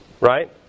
right